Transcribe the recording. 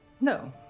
No